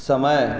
समय